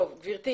גברתי,